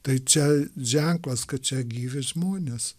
tai čia ženklas kad čia gyvi žmonės